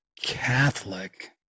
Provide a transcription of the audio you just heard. catholic